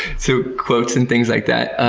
so quotes and things like that.